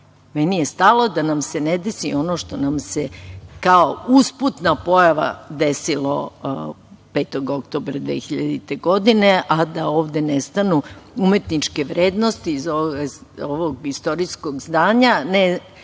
Meni je stalo da nam se ne desi ono što nam se kao usputna pojava desilo 5. oktobra 2000. godine, a da ovde nestanu umetničke vrednosti iz ovog istorijskog zdanja, ne zbog